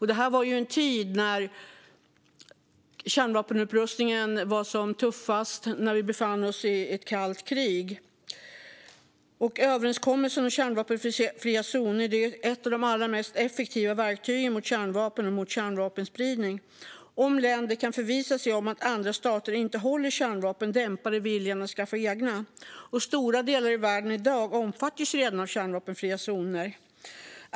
Det här var i en tid när kärnvapenupprustningen var som tuffast och när vi befann oss i ett kallt krig. Överenskommelser om kärnvapenfria zoner är några av de allra mest effektiva verktygen mot kärnvapen och kärnvapenspridning. Om länder kan förvissa sig om att andra stater inte har kärnvapen dämpar det viljan att skaffa egna. Stora delar av världen i dag omfattas redan av kärnvapenfria zoner.